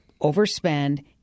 overspend